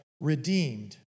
redeemed